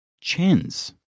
chins